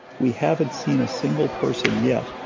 we haven't seen a single person yet,